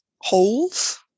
holes